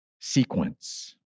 sequence